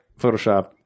Photoshop